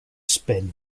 spin